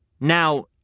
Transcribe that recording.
Now